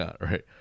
right